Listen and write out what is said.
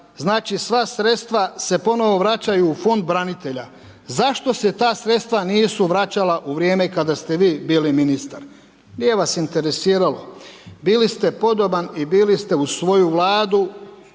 znači sva sredstva se ponovno vraćaju u fond branitelja. Zašto se ta sredstva nisu vraćala u vrijeme kada ste vi bili ministar? Nije vas interesiralo. Bili ste podoban i bili ste uz svoju Vladu